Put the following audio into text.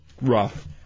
rough